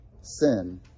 sin